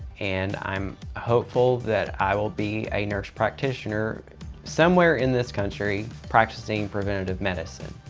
and i'm hopeful that i will be a nurse practitioner somewhere in this country practicing preventative medicine.